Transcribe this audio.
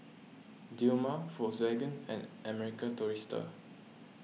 Dilmah Volkswagen and American Tourister